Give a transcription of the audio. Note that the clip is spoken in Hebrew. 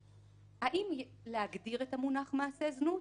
האם להגדיר את המונח "מעשה זנות"